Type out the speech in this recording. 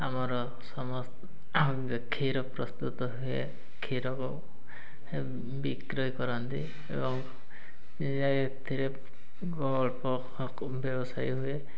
ଆମର ସମସ୍ତ କ୍ଷୀର ପ୍ରସ୍ତୁତ ହୁଏ କ୍ଷୀରକୁ ବିକ୍ରୟ କରନ୍ତି ଏବଂ ଏଥିରେ ଅଳ୍ପ ବ୍ୟବସାୟୀ ହୁଏ